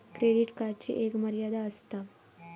credit कार्डची एक मर्यादा आसता